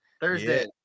Thursday